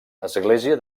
església